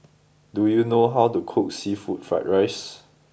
do you know how to cook Seafood Fried Rice